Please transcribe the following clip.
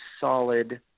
solid